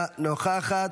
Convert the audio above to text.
אינה נוכחת,